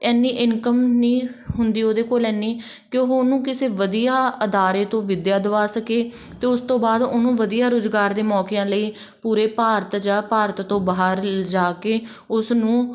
ਇੰਨੀ ਇਨਕਮ ਨਹੀਂ ਹੁੰਦੀ ਉਹਦੇ ਕੋਲ ਇੰਨੀ ਕਿ ਉਹ ਉਹਨੂੰ ਕਿਸੇ ਵਧੀਆ ਅਦਾਰੇ ਤੋਂ ਵਿਦਿਆ ਦਵਾ ਸਕੇ ਅਤੇ ਉਸ ਤੋਂ ਬਾਅਦ ਉਹਨੂੰ ਵਧੀਆ ਰੁਜ਼ਗਾਰ ਦੇ ਮੌਕਿਆ ਲਈ ਪੂਰੇ ਭਾਰਤ ਜਾਂ ਭਾਰਤ ਤੋਂ ਬਾਹਰ ਲਿਜਾ ਕੇ ਉਸ ਨੂੰ